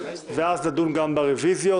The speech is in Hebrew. ואז נדון גם ברביזיות.